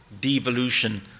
devolution